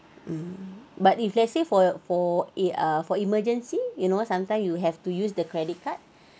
mm but if let's say for your for e~ ah for emergency you know sometime you have to use the credit card